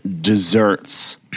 desserts